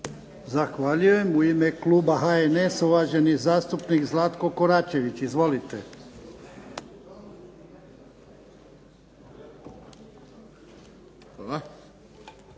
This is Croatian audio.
Zahvaljujem. U ime kluba HNS-a uvaženi zastupnik Zlatko Koračević. Izvolite.